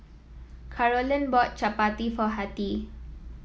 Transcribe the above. Carolyn bought Chapati for Hattie